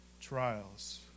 trials